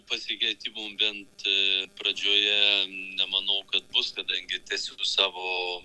pasikeitimų bent pradžioje nemanau kad bus kadangi tęsiu savo